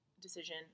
decision